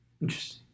Interesting